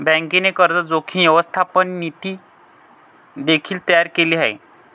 बँकेने कर्ज जोखीम व्यवस्थापन नीती देखील तयार केले आहे